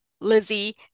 Lizzie